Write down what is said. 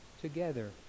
together